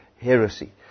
heresy